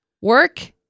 Work